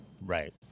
Right